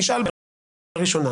נשאל בדיון לפני הקריאה הראשונה,